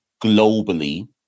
globally